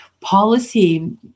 policy